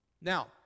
Now